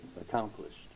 accomplished